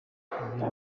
kubwira